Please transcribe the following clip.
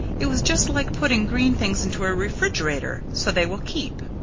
it was just like putting green things into a refrigerator, so they will keep.